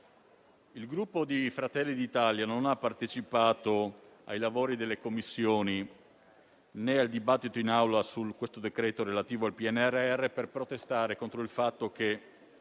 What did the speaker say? il Gruppo Fratelli d'Italia non ha partecipato ai lavori delle Commissioni, né al dibattito in Aula sul decreto-legge relativo al PNRR per protestare contro il fatto che